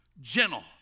gentle